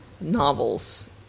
novels